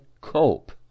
cope